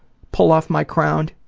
pull off my crown,